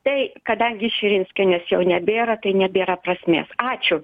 tai kadangi širinskienės jau nebėra tai nebėra prasmės ačiū